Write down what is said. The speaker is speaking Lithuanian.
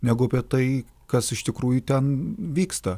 negu apie tai kas iš tikrųjų ten vyksta